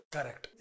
Correct